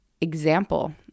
example